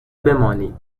بمانید